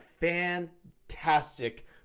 fantastic